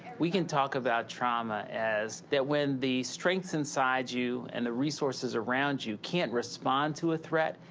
we can talk about trauma as that when the strengths inside you and the resources around you can't respond to a threat.